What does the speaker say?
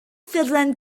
ffurflen